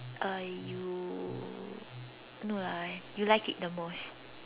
uh you no lah you like it the most